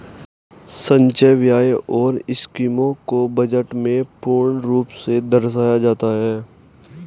संचय व्यय और स्कीमों को बजट में पूर्ण रूप से दर्शाया जाता है